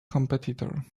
competitor